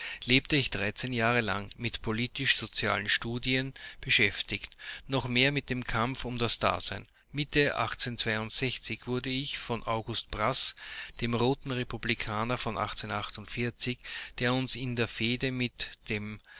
lebte ich dreizehn jahre lang mit politisch sozialen studien beschäftigt noch mehr mit dem kampf um das dasein mit wurde ich von august braß dem roten republikaner von der uns in der fehde mit dem